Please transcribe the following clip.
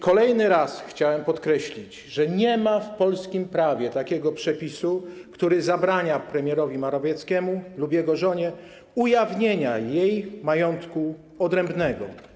Kolejny raz chciałem podkreślić, że nie ma w polskim prawie takiego przepisu, który zabrania premierowi Morawieckiemu lub jego żonie ujawnienia jej majątku odrębnego.